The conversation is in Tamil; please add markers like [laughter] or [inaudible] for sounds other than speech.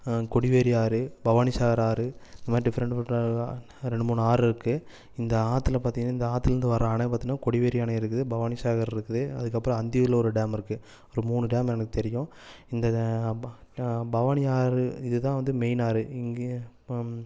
கொடிவேரி ஆறு பவானிசாகர் ஆறு இந்தமாதிரி டிஃப்ரெண்ட் [unintelligible] ரெண்டு மூணு ஆறு இருக்கு இந்த ஆற்றில பார்த்திங்கன்னா இந்த ஆற்றிலேந்து வர அணை பார்த்திங்கன்னா கொடிவேரி அணை இருக்கு பவானிசாகர் இருக்கு அதுக்கப்புறம் அந்தியூரில் ஒரு டேம் இருக்கு ஒரு மூணு டேம் எனக்கு தெரியும் இந்த பவானி ஆறு இதுதான் வந்து மெயின் ஆறு இங்கே அப்புறம்